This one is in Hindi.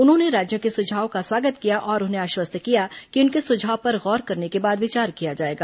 उन्होंने राज्यों के सुझाव का स्वागत किया और उन्हें आश्वस्त किया कि उनके सुझाव पर गौर करने के बाद विचार किया जाएगा